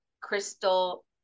crystal